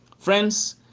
Friends